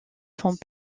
font